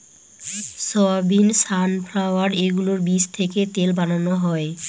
soybean, sunflower এগুলোর বীজ থেকে তেল বানানো হয়